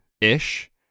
ish